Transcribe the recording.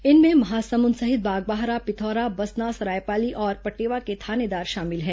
इनमें महासमुंद सहित बागबाहरा पिथौरा बसना सरायपाली और पटेवा के थानेदार शामिल हैं